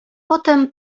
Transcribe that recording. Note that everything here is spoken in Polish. potem